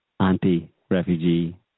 anti-refugee